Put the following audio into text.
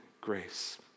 grace